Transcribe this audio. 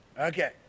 Okay